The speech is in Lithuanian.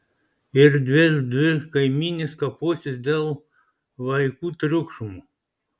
ir vėl dvi kaimynės kaposis dėl vaikų triukšmo